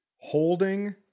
holding